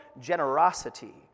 generosity